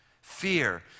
Fear